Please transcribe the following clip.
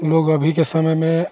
लोग अभी के समय में